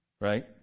Right